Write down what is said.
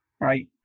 right